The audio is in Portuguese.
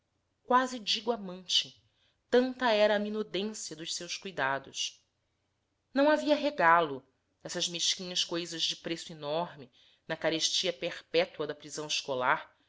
quase digo amante tanta era a minudência dos seus cuidados não havia regalo dessas mesquinhas coisas de preço enorme na carestia perpétua da prisão escolar